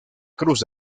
cruz